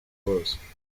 bose